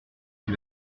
qui